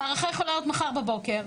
המערכה יכולה להיות מחר בבוקר,